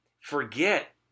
Forget